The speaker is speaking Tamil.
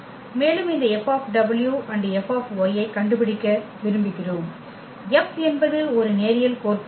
மேலும் இந்த F F ஐக் கண்டுபிடிக்க விரும்புகிறோம் F என்பது ஒரு நேரியல் கோர்ப்பாகும்